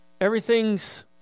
everything's